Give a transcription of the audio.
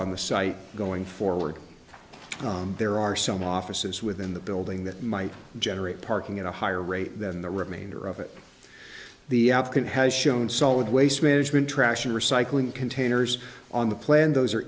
on the site going forward there are some offices within the building that might generate parking at a higher rate than the remainder of it the applicant has shown solid waste management trash and recycling containers on the plan those are